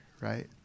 right